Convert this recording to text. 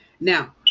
Now